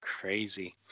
crazy